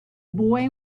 boy